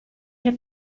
che